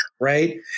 right